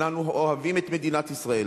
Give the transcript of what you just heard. אנחנו אוהבים את מדינת ישראל,